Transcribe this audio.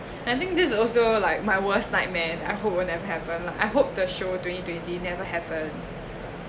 I think this also like my worst nightmare I hope won't have happen I hope the show twenty twenty never happen